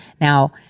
Now